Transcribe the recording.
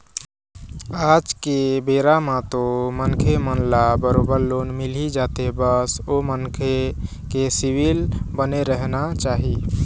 आज के बेरा म तो मनखे मन ल बरोबर लोन मिलही जाथे बस ओ मनखे के सिविल बने रहना चाही